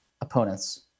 opponents